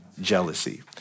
jealousy